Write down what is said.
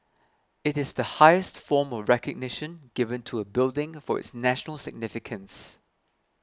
it is the highest form of recognition given to a building for its national significance